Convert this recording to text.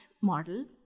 model